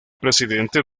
presidente